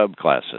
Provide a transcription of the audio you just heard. subclasses